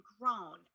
grown